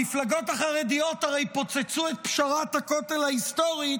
הרי המפלגות החרדיות פוצצו את פשרת הכותל ההיסטורית